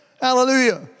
Hallelujah